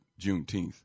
Juneteenth